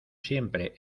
siempre